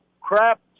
crap